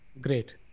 Great